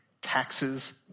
Taxes